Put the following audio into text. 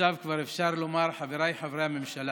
ועכשיו כבר אפשר לומר חבריי חברי הממשלה,